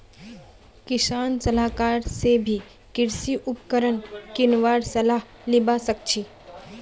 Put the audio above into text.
किसान सलाहकार स भी कृषि उपकरण किनवार सलाह लिबा सखछी